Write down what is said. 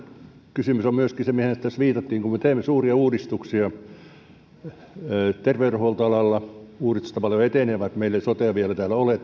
kysymys on se mihin tässä viitattiin että kun me teemme suuria uudistuksia ja terveydenhuoltoalalla uudistukset tavallaan jo etenevät terveydenhuoltolain perusteella meillähän ei sotea vielä täällä ole